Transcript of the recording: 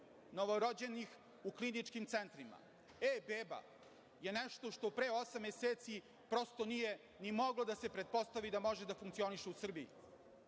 novorođenih u kliničkim centrima. „E - beba“ je nešto što pre osam meseci prosto nije ni moglo da se pretpostavi da može da funkcioniše u Srbiji.